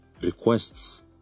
requests